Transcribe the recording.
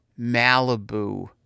Malibu